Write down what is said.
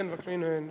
הנה,